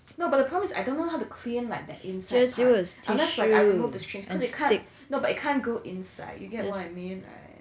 no but the problem is I don't know how to clean like the inside part unless like I remove the string and cut no but you can't go inside you get what I mean right